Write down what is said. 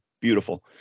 beautiful